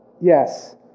Yes